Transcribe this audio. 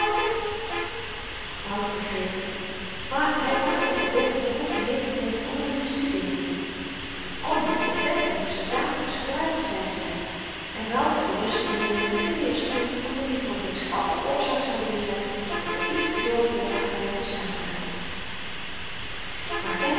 wouter begreep het niet maar hy vraagde verlof het boekje meê te nemen om er in te studeeren dit kon niet want femke moest het dagelyks gebruiken zeide zy en wouter berustte hierin met te meer spoed omdat i voor geen schatten oorzaak zou willen zyn dat er iets bedorven werd aan femke's zaligheid maar